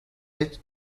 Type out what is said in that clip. age